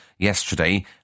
Yesterday